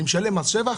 אני משלם מס שבח.